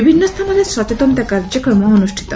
ବିଭିନ୍ନ ସ୍ଷାନରେ ସଚେତନତା କାର୍ଯ୍ୟକ୍ରମ ଅନୁଷ୍ଠିତ